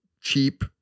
cheap